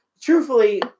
truthfully